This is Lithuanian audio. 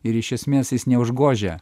ir iš esmės jis neužgožia